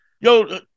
yo